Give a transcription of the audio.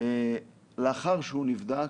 לאחר שהוא נבדק,